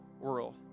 world